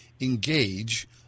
engage